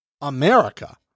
America